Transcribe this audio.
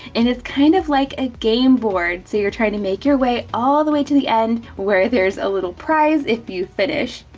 and it's kind of like a game board. so you're trying to make your way all the way to the end, where there's a little prize if you finish.